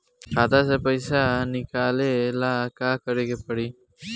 खाता से पैसा निकाले ला का करे के पड़ी?